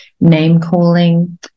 name-calling